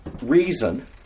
reason